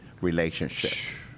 relationship